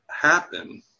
happen